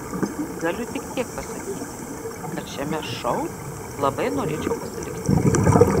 galiu tik tiek pasakyti kad šiame šou labai norėčiau pasilikti